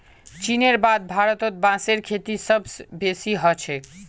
चीनेर बाद भारतत बांसेर खेती सबस बेसी ह छेक